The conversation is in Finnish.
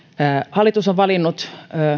hallitus on valinnut